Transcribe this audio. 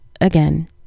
again